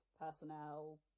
personnel